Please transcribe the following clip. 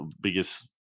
biggest